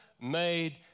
made